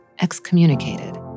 excommunicated